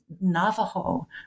Navajo